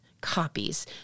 copies